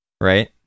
right